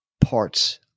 parts